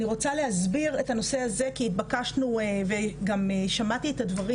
אני רוצה להסביר את הנושא הזה כי התבקשנו וגם שמעתי את הדברים